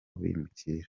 bimukira